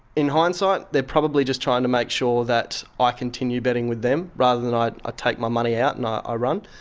in hindsight they're probably just trying to make sure that i continue betting with them, rather than i ah take my money out and i ah run.